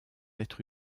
être